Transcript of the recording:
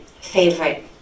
favorite